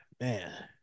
Man